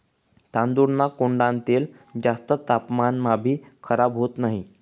तांदूळना कोंडान तेल जास्त तापमानमाभी खराब होत नही